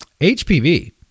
HPV